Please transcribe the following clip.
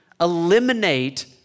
eliminate